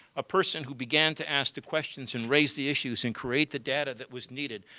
a person who began to ask the questions and raise the issues and create the data that was needed.